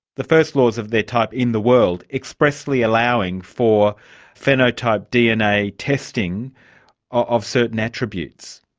the first laws of their type, in the world, expressly allowing for phenotype dna testing of certain attributes.